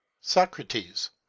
socrates